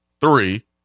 three